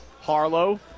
Harlow